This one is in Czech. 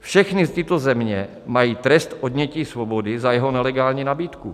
Všechny tyto země mají trest odnětí svobody za jeho nelegální nabídku.